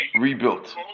rebuilt